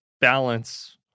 balance